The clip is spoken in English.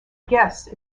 guess